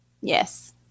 Yes